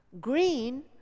Green